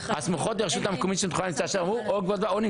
הסמוכות לרשות המקומית שבתחומה נמצא השטח האמור או נמצאות